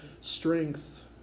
strength